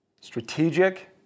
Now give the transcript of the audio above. strategic